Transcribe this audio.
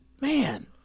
man